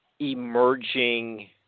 emerging